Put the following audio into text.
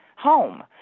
home